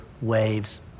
waves